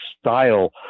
style